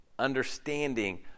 understanding